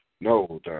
No